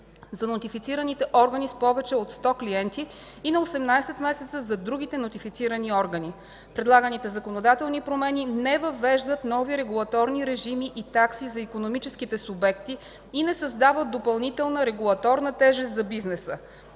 за нотифицираните органи с повече от 100 клиенти и на 18 месеца за другите нотифицирани органи. Предлаганите законодателни промени не въвеждат нови регулаторни режими и такси за икономическите субекти и не създават допълнителна регулаторна тежест за бизнеса.